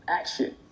action